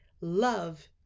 love